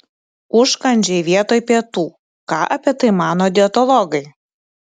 užkandžiai vietoj pietų ką apie tai mano dietologai